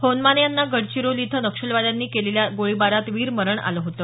होनमाने यांना गडचिरोली इथं नक्षलवाद्यांनी केलेल्या गोळीबारात वीरमरण आलं होतं